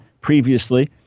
previously